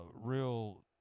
real